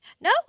No